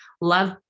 love